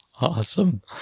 Awesome